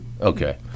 Okay